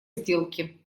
сделки